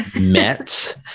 Met